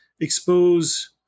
expose